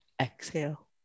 Exhale